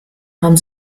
haben